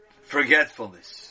forgetfulness